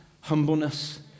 humbleness